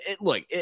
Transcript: look